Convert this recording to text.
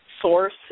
source